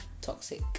toxic